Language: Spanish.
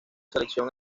selección